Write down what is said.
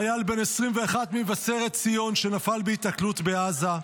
חייל בן 21 ממבשרת ציון, שנפל בהיתקלות בעזה.